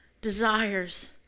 desires